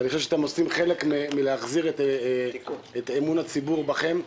ואני חושב שאתם עושים חלק מלהחזיר את אמון הציבור בכם.